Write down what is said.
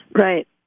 Right